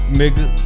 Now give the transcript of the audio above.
nigga